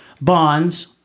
Bonds